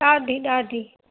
ॾाढी ॾाढी